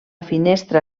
finestra